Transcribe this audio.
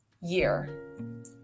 year